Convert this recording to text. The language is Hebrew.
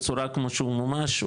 בצורה כמו שהוא מומש,